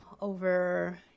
over